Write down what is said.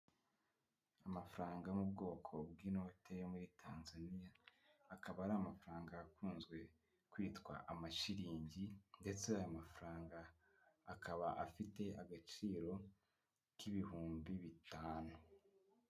Amafaranga yo mu bwoko bw'inote yo muri Tanzania, akaba ari amafaranga akunzwe kwitwa amashilingi ndetse aya mafaranga akaba afite agaciro k'ibihumbi bitanu.